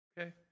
Okay